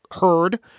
heard